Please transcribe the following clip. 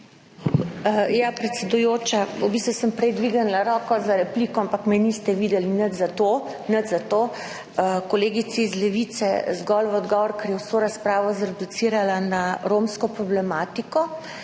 Predsedujoča, v bistvu sem prej dvignila roko za repliko, ampak me niste videli. Nič zato. Kolegici iz Levice zgolj v odgovor, ker je vso razpravo zreplicirala na romsko problematiko.